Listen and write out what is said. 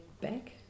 back